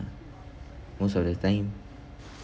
most of the time